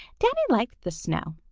danny liked the snow.